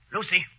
Lucy